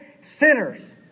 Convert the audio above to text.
sinners